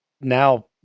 now